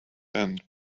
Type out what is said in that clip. and